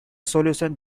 solution